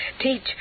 Teach